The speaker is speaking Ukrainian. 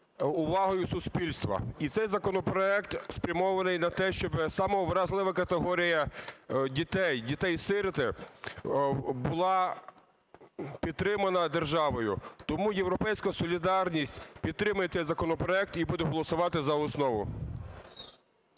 увагою суспільства, і цей законопроект спрямований на те, щоб сама вразлива категорія дітей - дітей-сиріт - була підтримана державою. Тому "Європейська солідарність" підтримає цей законопроект і буде голосувати за основу.